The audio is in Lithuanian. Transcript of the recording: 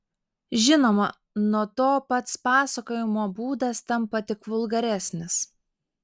žinoma nuo to pats pasakojimo būdas tampa tik vulgaresnis